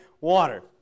water